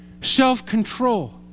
Self-control